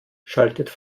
schaltete